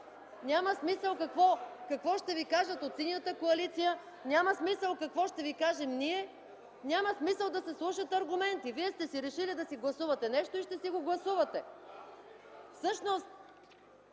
Няма смисъл какво ще ви кажат от Синята коалиция, няма смисъл какво ще ви кажем ние, няма смисъл да се слушат аргументи. Вие сте си решили да си гласувате нещо и ще си го гласувате.